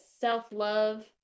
self-love